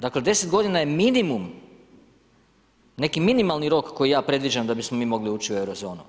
Dakle deset godina je minimum neki minimalni rok koji ja predviđam da bismo mi mogli ući u Eurozonu.